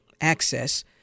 access